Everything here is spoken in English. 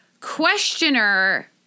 questioner